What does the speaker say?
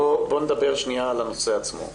בואו נדבר שנייה על הנושא עצמו.